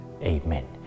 Amen